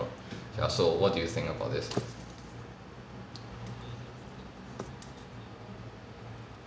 ya so what do you think about this